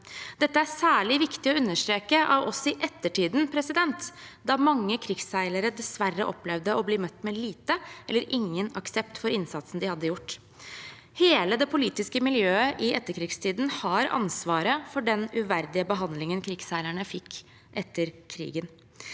Dette er særlig viktig å understreke av oss i ettertiden, da mange krigsseilere dessverre opplevde å bli møtt med liten eller ingen aksept for innsatsen de hadde gjort. Hele det politiske miljøet i etterkrigstiden har ansvaret for den uverdige behandlingen krigsseilerne fikk etter krigen.